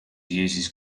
uses